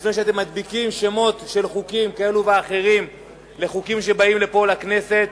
לפני שאתם מדביקים שמות של חוקים כאלה ואחרים לחוקים שבאים לכנסת